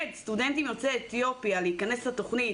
סטודנטים יוצאי אתיופיה להיכנס לתכנית,